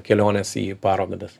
keliones į parogodas